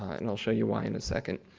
and i'll show you why in a second.